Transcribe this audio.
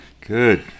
Good